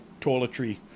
toiletry